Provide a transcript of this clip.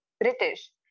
British